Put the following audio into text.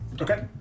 Okay